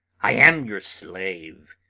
i am your slave,